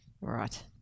right